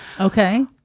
okay